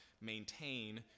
maintain